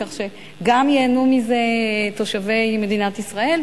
כך שגם ייהנו מזה תושבי מדינת ישראל,